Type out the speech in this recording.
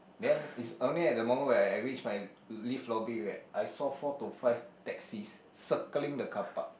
then is only at the moment where I reach my lift lobby where I saw four to five taxis circling the carpark